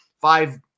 five